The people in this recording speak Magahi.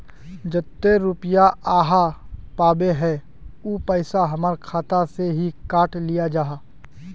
जयते रुपया आहाँ पाबे है उ पैसा हमर खाता से हि काट लिये आहाँ?